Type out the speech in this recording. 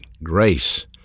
grace